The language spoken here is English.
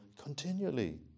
continually